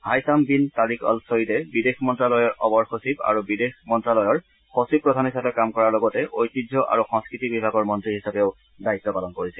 Haitham bin Tariq Al ছয়ীদে বিদেশ মন্ন্যালয়ৰ অবৰসচিব আৰু বিদেশ মন্ত্যালয়ৰ সচিবপ্ৰধান হিচাপে কাম কৰাৰ লগতে ঐতিহ্য আৰু সংস্কৃতি বিভাগৰ মন্নী হিচাপেও দায়িত্ব পালন কৰিছিল